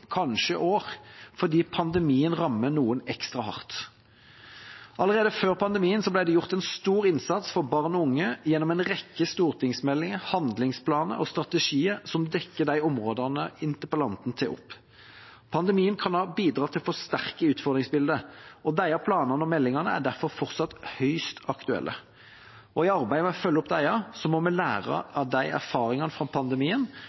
kanskje år, fordi pandemien rammer noen ekstra hardt. Allerede før pandemien ble det gjort en stor innsats for barn og unge gjennom en rekke stortingsmeldinger, handlingsplaner og strategier som dekker de områdene interpellanten tar opp. Pandemien kan ha bidratt til å forsterke utfordringsbildet, og disse planene og meldingene er derfor fortsatt høyst aktuelle. I arbeidet med å følge opp disse må vi lære av erfaringene fra pandemien